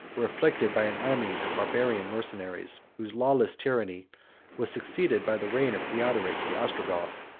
were afflicted by an army of barbarian mercenaries, whose lawless tyranny was succeeded by the reign of theodoric the ostrogoth.